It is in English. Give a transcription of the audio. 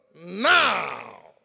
Now